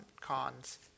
Cons